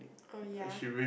oh ya